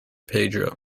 pedro